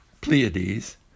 Pleiades